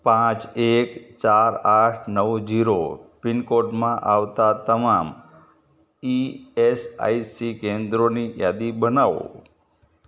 પાંચ એક ચાર આઠ નવ ઝીરો પિનકોડમાં આવતાં તમામ ઇ એસ આઇ સી કેન્દ્રોની યાદી બનાવો